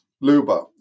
Luba